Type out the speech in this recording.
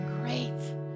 great